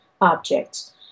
objects